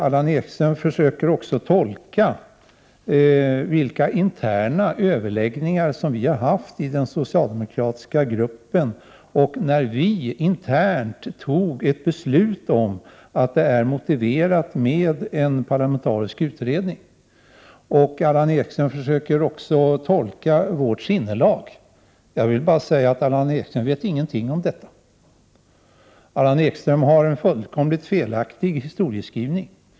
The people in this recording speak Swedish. Allan Ekström försöker tolka vilka interna överläggningar som vi har haft i den socialdemokratiska gruppen och när vi internt har fattat beslut om att det är motiverat med en parlamentarisk utredning. Allan Ekström försöker också tolka vårt sinnelag. Allan Ekström vet ingenting om detta. Han har en fullkomligt felaktig historieskrivning.